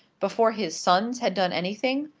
before his sons had done anything,